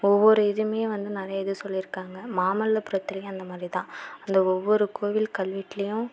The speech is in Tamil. ஒவ்வொரு இதுமே வந்து நிறைய இது சொல்லியிருக்காங்க மாமல்லபுரத்துலையும் அந்தமாதிரி தான் அந்த ஒவ்வொரு கோவில் கல்வெட்டுலையும்